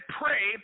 pray